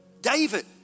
David